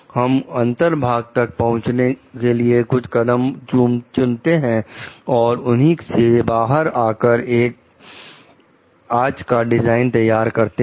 हम अंतर भाग तक पहुंचने के लिए कुछ कदम चुनते हैं और उन्हीं से बाहर आकर एक आज का डिजाइन तैयार करते हैं